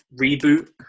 reboot